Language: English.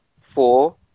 four